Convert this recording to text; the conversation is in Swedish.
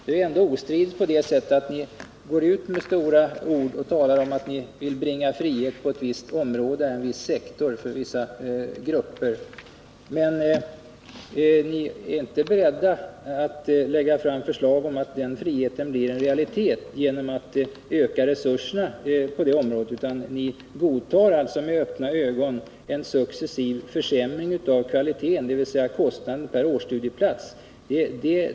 Det är ändå ostridigt på det sättet att ni går ut med stora ord och talar om att ni vill skapa frihet på ett visst område, för en viss sektor, för vissa grupper, men ni är inte beredda att lägga fram förslag om att denna frihet blir en realitet genom att öka resurserna på detta område. Ni godtar alltså med öppna ögon en successiv försämring av kvaliteten, dvs. kostnaden per årsstudieplats.